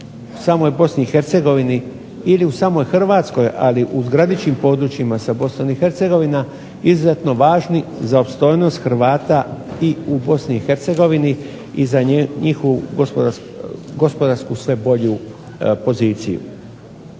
u samoj bosni i Hercegovini ili u samoj Hrvatskoj ali u graničnim područjima sa BiH izuzetno važni za opstojnost Hrvata u BiH i za njihovu gospodarsku bolju poziciju.